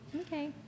Okay